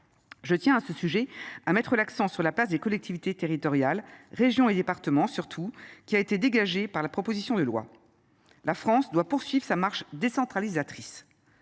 Je tiens, à ce sujet, à mettre l'accent sur la place des collectivités territoriales, régions et départements surtout, qui a été dégagée par la propositionnel poursuivre sa marche décentralisation